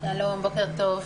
בוקר טוב.